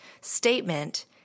statement